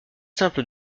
simple